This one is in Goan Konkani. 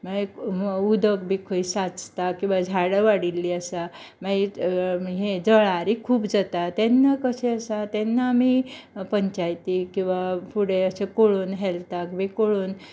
मागीर उदक बी खंय सांचता किंवां झाडा वाडील्लीं आसा मागीर हे जळारी खूब जातात तेन्ना कशें आसा तेन्ना आमी पंचायतीक किंवां फुडें अशें पळोवन हेल्थाक बी कळोवन